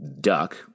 Duck